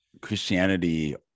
Christianity